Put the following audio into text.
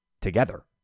together